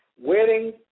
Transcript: weddings